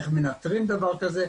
איך מנטרים דבר כזה,